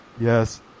Yes